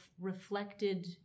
reflected